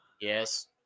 Yes